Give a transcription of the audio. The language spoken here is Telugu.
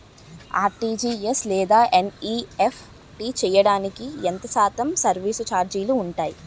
ఆర్.టి.జి.ఎస్ లేదా ఎన్.ఈ.ఎఫ్.టి చేయడానికి ఎంత శాతం సర్విస్ ఛార్జీలు ఉంటాయి?